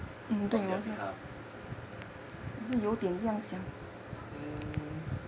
on their behalf um